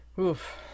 Oof